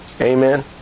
Amen